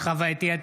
חוה אתי עטייה,